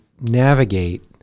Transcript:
navigate